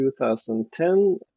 2010